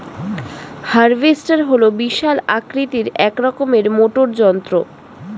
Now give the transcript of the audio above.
harvester হল বিশাল আকৃতির এক রকমের মোটর যন্ত্র